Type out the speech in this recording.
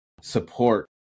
support